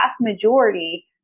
majority